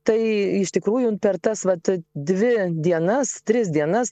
tai iš tikrųjų per tas vat dvi dienas tris dienas